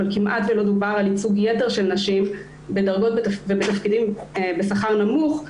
אבל כמעט לא דובר על ייצוג יתר של נשים בדרגות ובתפקידים בשכר נמוך.